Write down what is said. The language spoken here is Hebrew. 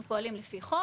אנחנו פועלים לפי חוק.